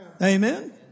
Amen